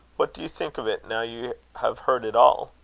what do you think of it now you have heard it all?